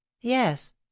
Yes